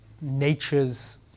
nature's